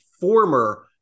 former